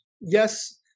yes